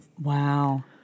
Wow